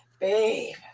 Babe